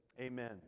Amen